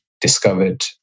discovered